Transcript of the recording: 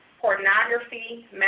pornography